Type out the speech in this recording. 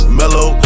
mellow